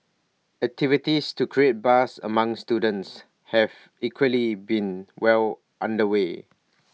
activities to create buzz among students have equally been well under way